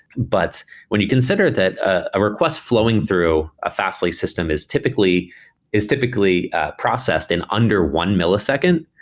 but when you consider that a request flowing through a fastly system is typically is typically processed in under one millisecond,